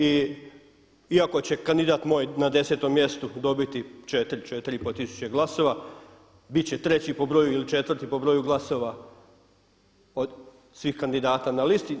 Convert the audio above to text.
Iako će kandidat moj na desetom mjestu dobiti 4, 4.5 tisuće glasova bit će treći po broju ili četvrti po broju glasova od svih kandidata na listi.